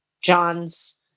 John's